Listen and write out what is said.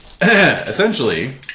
Essentially